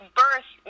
birth